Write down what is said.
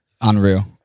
Unreal